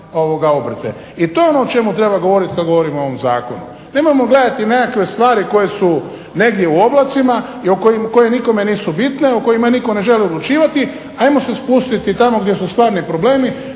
obrte. I to je ono o čemu treba govoriti kad govorimo o ovom Zakonu. Nemojmo gledati nekakve stvari koje su negdje u oblacima, koje nikome nisu bitne, o kojima nitko ne želi odlučivati. Hajmo se spustiti tamo gdje su stvarni problemi.